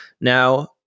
Now